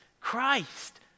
Christ